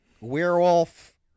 werewolf